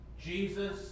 Jesus